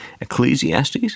Ecclesiastes